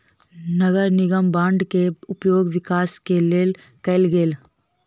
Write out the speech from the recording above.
नगर निगम बांड के उपयोग विकास के लेल कएल गेल